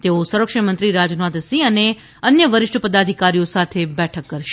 તેઓ સંરક્ષણમંત્રી રાજનાથ સિંહ અને અન્ય વરિષ્ઠ પદાધિકારીઓ સાથે બેઠક કરશે